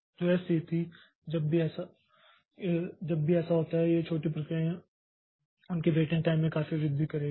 तो यह स्थिति जब भी ऐसा होता है यह छोटी प्रक्रिया उनके वेटिंग टाइम में काफी वृद्धि करेगी